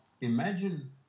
imagine